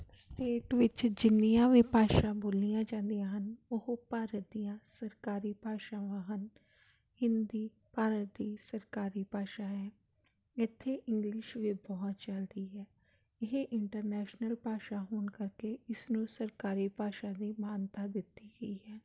state ਵਿੱਚ ਜਿੰਨੀਆਂ ਵੀ ਭਾਸ਼ਾ ਬੋਲੀਆਂ ਜਾਂਦੀਆਂ ਹਨ ਉਹ ਭਾਰਤ ਦੀਆਂ ਸਰਕਾਰੀ ਭਾਸ਼ਾਵਾਂ ਹਨ ਹਿੰਦੀ ਭਾਰਤ ਦੀ ਸਰਕਾਰੀ ਭਾਸ਼ਾ ਹੈ ਇੱਥੇ ਇੰਗਲਿਸ਼ ਵੀ ਬਹੁਤ ਚੱਲ ਰਹੀ ਹੈ ਇਹ ਇੰਟਰਨੈਸ਼ਨਲ ਭਾਸ਼ਾ ਹੋਣ ਕਰਕੇ ਇਸਨੂੰ ਸਰਕਾਰੀ ਭਾਸ਼ਾ ਦੀ ਮਾਨਤਾ ਦਿੱਤੀ ਗਈ ਹੈ